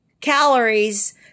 calories